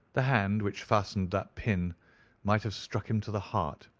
the hand which fastened that pin might have struck him to the heart,